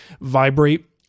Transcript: vibrate